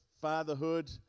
fatherhood